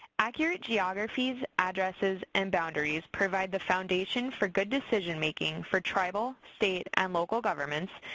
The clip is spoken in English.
accurate geographies, addresses, and boundaries provide the foundation for good decision-making for tribal, state, and local governments,